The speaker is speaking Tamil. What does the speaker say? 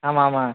ஆமாம் ஆமாம்